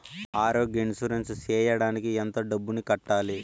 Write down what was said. ఆరోగ్య ఇన్సూరెన్సు సేయడానికి ఎంత డబ్బుని కట్టాలి?